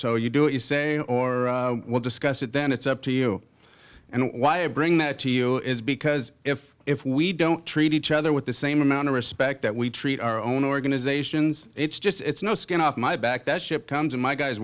so you do it you say or discuss it then it's up to you and why i bring that to you is because if if we don't treat each other with the same amount of respect that we treat our own organizations it's just it's no skin off my back that ship comes in my guys